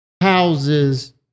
houses